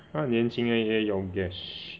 她很年轻而已 eh Yogesh